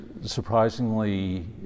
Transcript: surprisingly